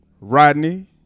Rodney